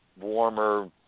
warmer